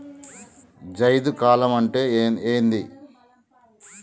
జైద్ కాలం అంటే ఏంది?